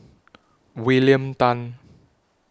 William Tan